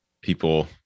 people